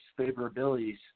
favorabilities